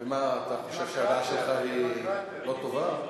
ומה אתה חושב, שהדעה שלך היא לא טובה?